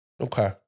Okay